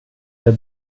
der